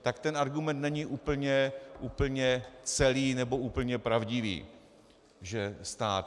Tak ten argument není úplně celý nebo úplně pravdivý, že stát...